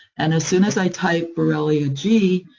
and as soon as i type borrelia g,